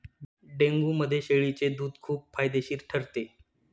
डेंग्यूमध्ये शेळीचे दूध खूप फायदेशीर ठरते